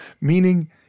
Meaning